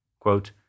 Quote